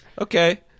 Okay